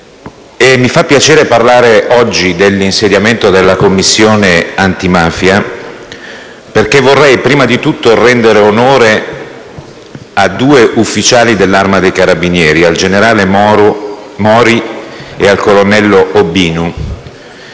Mi fa piacere parlare oggi dell'insediamento della Commissione antimafia, perché vorrei prima di tutto rendere onore a due ufficiali dell'Arma dei carabinieri, il generale Mori e il colonnello Obinu,